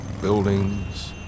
buildings